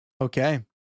Okay